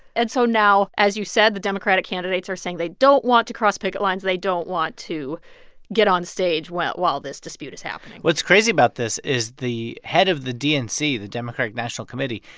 and so now, as you said, the democratic candidates are saying they don't want to cross picket lines. they don't want to get onstage while while this dispute is happening what's crazy about this is the head of the dnc, the democratic national committee,